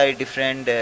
different